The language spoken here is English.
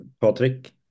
Patrick